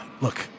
look